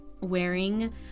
wearing